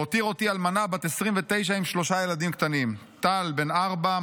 והותיר אותי אלמנה בת 29 עם 3 ילדים קטנים: טל בן ארבע,